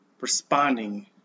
responding